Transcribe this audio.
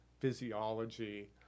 physiology